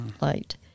light